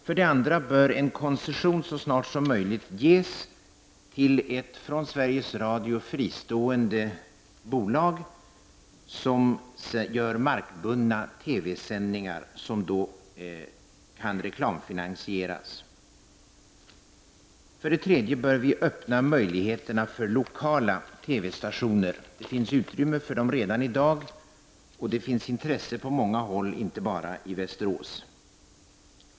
För det andra bör en koncession så snart som möjligt ges till ett från Sveriges Radio fristående bolag, som gör markbundna TV-sändningar som då kan reklamfinansieras. För det tredje bör vi öppna möjligheterna för lokala TV-stationer. Det finns utrymme för dem redan i dag, och det finns intresse på många håll, inte bara i Västerås.